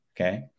Okay